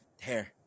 hair